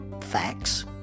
facts